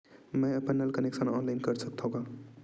मैं अपन नल कनेक्शन के ऑनलाइन कर सकथव का?